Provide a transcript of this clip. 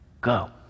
go